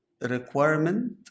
requirement